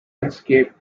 escape